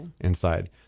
inside